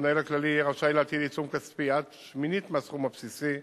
המנהל הכללי יהיה רשאי להטיל עיצום כספי עד שמינית מהסכום הבסיסי,